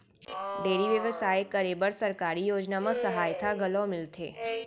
dairy बेवसाय करे बर सरकारी योजना म सहायता घलौ मिलथे